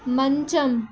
మంచం